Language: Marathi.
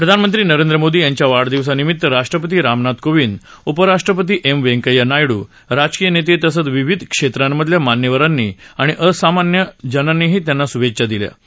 प्रधानमंत्री नरेंद्र मोदी यांच्या वाढदिवसानिमित राष्ट्रपती रामनाथ कोविंद उपराष्ट्रपती एम व्यंकय्या नायडू राजकीय नप्त तसंच विविध क्षव्वांमधल्या मान्यवरांनी आणि सामान्य जनांनीही त्यांना शुभाष्ट्रा दिल्या आहत